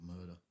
murder